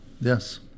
Yes